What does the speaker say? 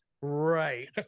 Right